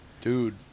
Dude